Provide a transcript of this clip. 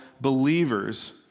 believers